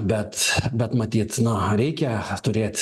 bet bet matyt na reikia turėt